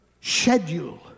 schedule